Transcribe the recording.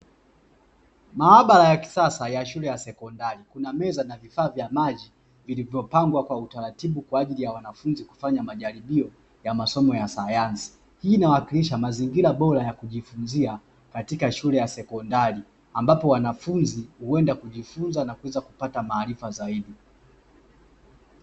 Maabara ya kisasa ya shule ya sekondari kuna meza na vifaa vya maji vilivyopangwa kwa utaratibu kwa ajili ya wanafunzi kufanya majaribio ya masomo ya sayansi. Hii inawakilisha mazingira bora ya kujifunzia katika shule ya sekondari ambapo wanafunzi huenda kujifunza na kuweza kupata maarifa zaidi.